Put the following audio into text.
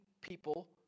people